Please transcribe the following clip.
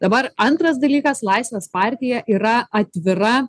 dabar antras dalykas laisvės partija yra atvira